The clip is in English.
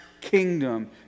kingdom